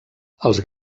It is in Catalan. els